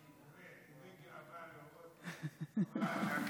זו גאווה לראות את השרה זנדברג,